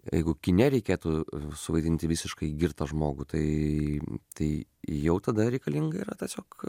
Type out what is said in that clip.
jeigu kine reikėtų suvaidinti visiškai girtą žmogų tai tai jau tada reikalinga yra tiesiog